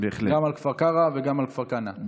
גם על כפר קרע וגם על כפר כנא.